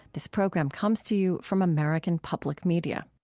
this program comes to you from american public media